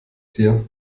tier